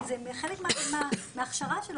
כי זהו חלק מההכשרה שלו.